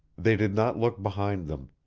they did not look behind them.